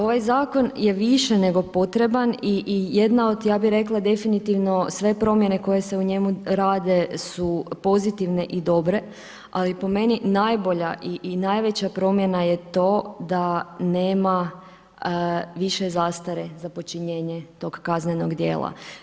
Ovaj zakon je više nego potreban i jedna od, ja bih rekla definitivno sve promjene koje se u njemu rade su pozitivne i dobre, ali po meni najbolja i najveća promjena je to da nema više zastare za počinjenje tog kaznenog djela.